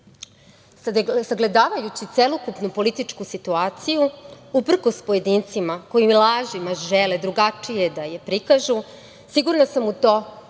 Vučić. Sagledavajući celokupnu političku situaciju, uprkos pojedincima koji lažima žele drugačije da je prikažu, sigurna sam u to, kao